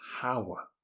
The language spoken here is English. power